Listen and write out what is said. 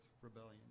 rebellion